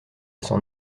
son